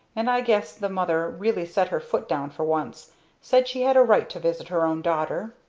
and i guess the mother really set her foot down for once said she had a right to visit her own daughter!